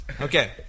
okay